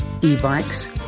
e-bikes